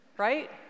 right